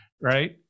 Right